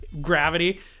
gravity